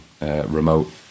remote